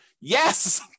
Yes